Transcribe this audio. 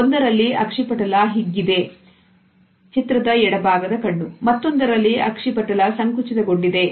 ಒಂದರಲ್ಲಿ ಅಕ್ಷಿಪಟಲ ಹಿಗ್ಗಿದೆ